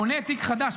בונה תיק חדש,